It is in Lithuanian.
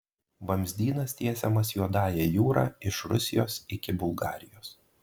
vamzdynas tiesiamas juodąja jūra iš rusijos iki bulgarijos